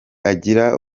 agira